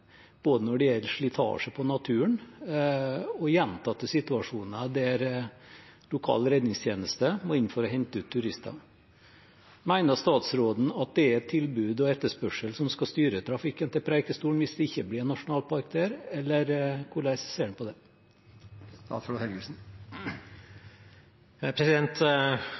både når det gjelder slitasje på naturen og med gjentatte situasjoner der lokal redningstjeneste må inn for å hente ut turister. Mener statsråden at det er tilbud og etterspørsel som skal styre trafikken til Preikestolen hvis det ikke blir nasjonalpark der, eller hvordan ser han på det?